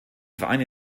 vereine